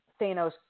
Thanos